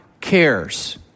cares